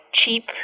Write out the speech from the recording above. cheap